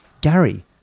Gary